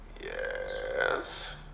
Yes